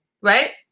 right